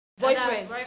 boyfriend